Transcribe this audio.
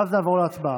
ואז נעבור להצבעה.